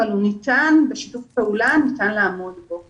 אבל בשיתוף פעולה ניתן לעמוד בו.